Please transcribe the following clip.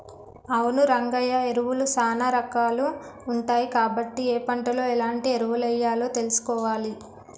అవును రంగయ్య ఎరువులు సానా రాకాలు ఉంటాయి కాబట్టి ఏ పంటలో ఎలాంటి ఎరువులెయ్యాలో తెలుసుకోవాలి